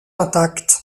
intact